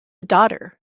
daughter